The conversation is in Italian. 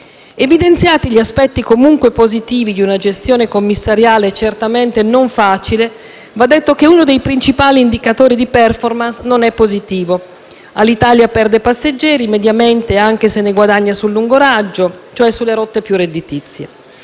Evidenziati gli aspetti comunque positivi di una gestione commissariale certamente non facile, va detto che uno dei principali indicatori di *performance* non è positivo: Alitalia perde mediamente passeggeri (anche se ne guadagna sul lungo raggio, cioè sulle rotte più redditizie),